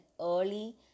early